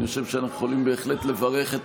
אני חושב שאנחנו יכולים בהחלט לברך את